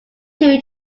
two